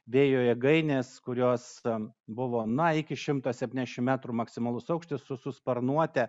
vėjo jėgaines kurios ten buvo na iki šimto septyniasdešimt metrų maksimalus aukštis su su sparnuote